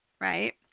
right